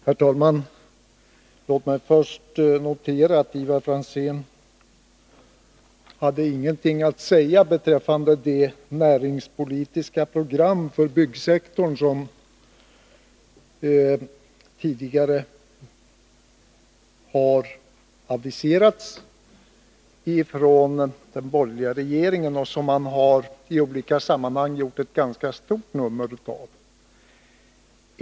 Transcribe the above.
Herr talman! Låt mig först notera att Ivar Franzén inte hade något att säga beträffande det näringspolitiska program för byggsektorn som tidigare har aviserats ifrån den borgerliga regeringen och som man i olika sammanhang har gjort ett ganska stort nummer av.